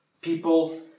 People